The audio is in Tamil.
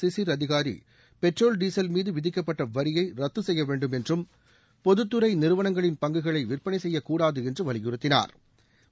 சிசிா் அதிகாரி பெட்ரோல் டீசல் மீது விதிக்கப்பட்ட வரியை ரத்து செய்ய வேண்டும் என்றும் பொதத்துறை நிறுவனங்களின் பங்குகளை விற்பனை செய்யக்கூடாது என்று வலியுறுத்தினாா்